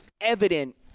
evident